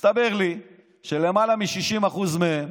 הסתבר לי שלמעלה מ-60% מהם